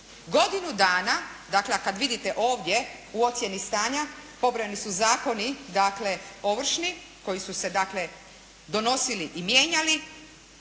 godinu dana dakle a kad vidite ovdje u ocjeni stanja pobrojeni su zakoni dakle ovršni koji su se dakle donosili i mijenjali.